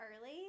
early